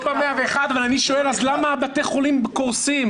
ואני שואל, אז למה בתי החולים קורסים?